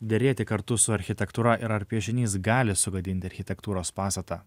derėti kartu su architektūra ir ar piešinys gali sugadinti architektūros pastatą